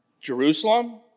Jerusalem